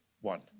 one